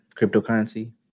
cryptocurrency